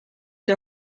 see